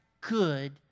good